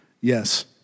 yes